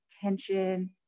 tension